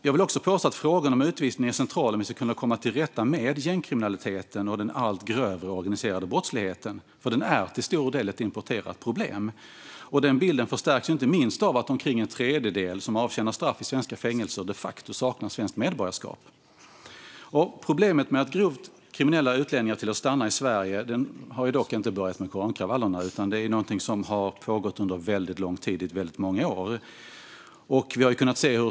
Jag vill också påstå att frågan om utvisning är central för att komma till rätta med gängkriminaliteten och den allt grövre organiserade brottsligheten, för den är till stor del ett importerat problem. Den bilden förstärks inte minst av att omkring en tredjedel av dem som avtjänar straff i svenska fängelser de facto saknar svenskt medborgarskap. Problemet med att grovt kriminella utlänningar tillåts stanna i Sverige började inte med korankravallerna utan har funnits under väldigt lång tid, i väldigt många år.